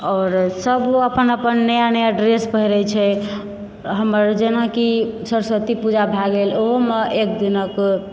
आओर सभ अपन अपन नया नया ड्रेस पहिरैत छै हमर जेनाकि सरस्वती पूजा भए गेल ओहुमे एकदिनाके